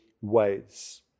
ways